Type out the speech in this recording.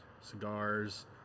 cigars